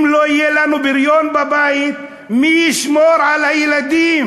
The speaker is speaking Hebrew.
אם לא יהיה לנו בריון בבית, מי ישמור על הילדים?